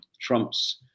Trump's